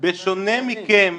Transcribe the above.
בשונה מכם,